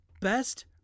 best –